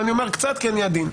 אני אומר קצת כי אני עדין.